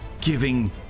giving